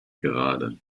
gerade